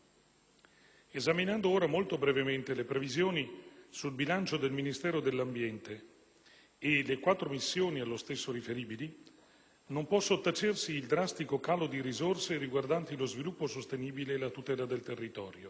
Esaminando ora molto brevemente le previsioni sul bilancio del Ministero dell'ambiente e le quattro missioni allo stesso riferibili, non può sottacersi il drastico calo di risorse riguardanti lo sviluppo sostenibile e la tutela del territorio.